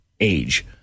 age